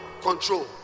control